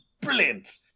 brilliant